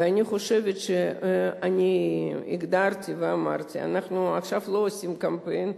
ואני חושבת שאני הגדרתי ואמרתי: אנחנו עכשיו לא עושים קמפיין,